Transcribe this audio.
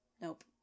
Nope